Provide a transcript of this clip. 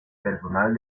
personal